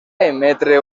emetre